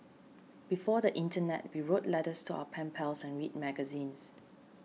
before the internet we wrote letters to our pen pals and read magazines